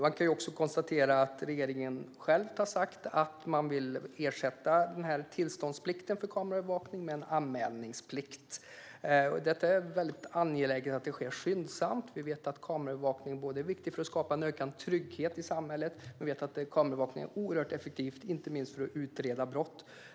Man kan också konstatera att regeringen själv har sagt att man vill ersätta tillståndsplikten för kameraövervakning med en anmälningsplikt. Det är angeläget att detta sker skyndsamt. Vi vet att kameraövervakning är både viktigt för att skapa en ökad trygghet i samhället och oerhört effektivt inte minst för att utreda brott.